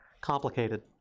complicated